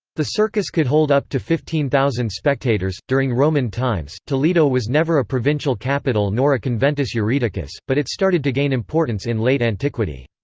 the circus could hold up to fifteen thousand spectators during roman times, toledo was never a provincial capital nor a conventus iuridicus, but it started to gain importance in late antiquity.